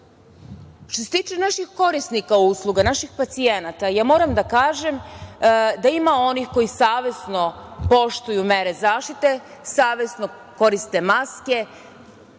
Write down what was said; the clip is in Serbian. se tiče naših korisnika usluga, naših pacijenata, ja moram da kažem da ima onih koji savesno poštuju mere zaštite, savesno koriste maske,